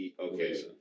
Okay